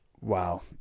wow